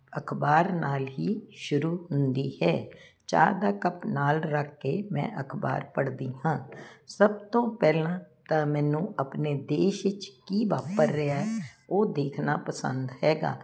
ਅਖਬਾਰ ਨਾਲ ਹੀ ਸ਼ੁਰੂ ਹੁੰਦੀ ਹੈ ਚਾਹ ਦਾ ਕੱਪ ਨਾਲ ਰੱਖ ਕੇ ਮੈਂ ਅਖਬਾਰ ਪੜਦੀ ਹਾਂ ਸਭ ਤੋਂ ਪਹਿਲਾਂ ਤਾਂ ਮੈਨੂੰ ਆਪਣੇ ਦੇਸ਼ ਵਿੱਚ ਕੀ ਵਾਪਰ ਰਿਹਾ ਉਹ ਦੇਖਣਾ ਪਸੰਦ ਹੈਗਾ